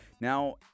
Now